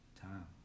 Time